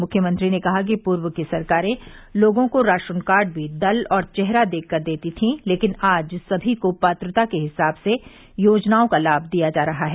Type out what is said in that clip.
मुख्यमंत्री ने कहा कि पूर्व की सरकारें लोगों को राशन कार्ड भी दल और चेहरा देखकर देती थीं लेकिन आज सभी को पात्रता के हिसाब से योजनाओं का लाम दिया जा रहा है